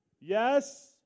Yes